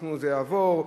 זה יעבור.